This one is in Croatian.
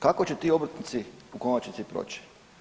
Kako će ti obrtnici u konačnici proći?